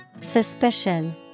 Suspicion